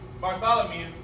Bartholomew